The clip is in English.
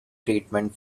treatment